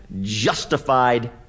justified